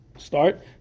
Start